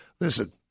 Listen